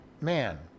man